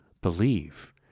believe